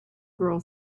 girl